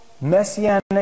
messianic